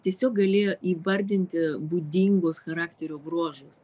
tiesiog galėjo įvardinti būdingus charakterio bruožus